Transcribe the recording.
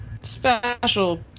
Special